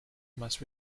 must